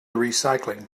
recycling